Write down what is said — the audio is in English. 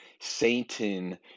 Satan